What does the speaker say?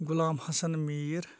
Ghulam Hasan Mir